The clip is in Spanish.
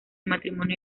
matrimonio